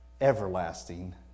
everlasting